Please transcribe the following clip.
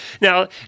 now